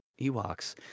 Ewoks